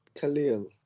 Khalil